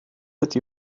ydy